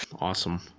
awesome